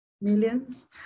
millions